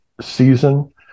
season